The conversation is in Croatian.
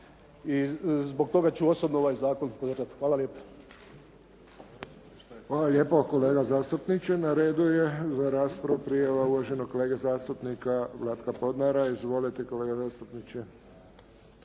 I zbog toga ću osobno ovaj zakon podržati. Hvala lijepa. **Friščić, Josip (HSS)** Hvala lijepo kolega zastupniče. Na redu je za raspravu prijava uvaženog kolege zastupnika Vlatka Podnara. Izvolite kolega zastupniče.